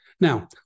Now